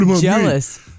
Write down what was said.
jealous